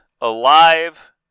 alive